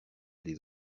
des